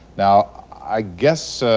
now, i guess